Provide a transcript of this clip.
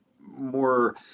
more